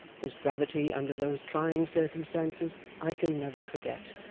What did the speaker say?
his gravity under those trying circumstances, i can never forget,